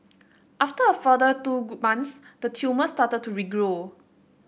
after a further two months the tumour started to regrow